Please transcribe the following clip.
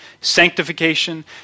sanctification